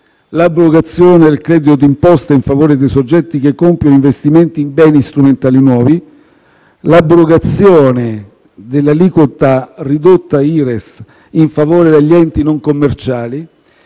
l'abrogazione del credito d'imposta in favore di soggetti che compiono investimenti in beni strumentali nuovi, l'abrogazione dell'aliquota ridotta IRES in favore degli enti non commerciali,